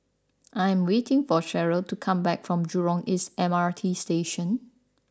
I am waiting for Cheryl to come back from Jurong East M R T Station